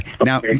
Now